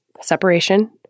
separation